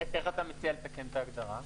איך אתה מציע לתקן את ההגדרה?